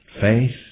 faith